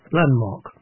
landmark